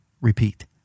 repeat